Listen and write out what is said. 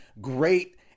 great